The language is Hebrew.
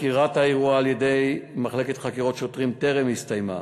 חקירת האירוע על-ידי מחלקת חקירות שוטרים טרם הסתיימה,